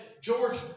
George